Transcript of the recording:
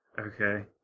Okay